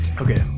Okay